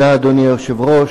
אדוני היושב-ראש,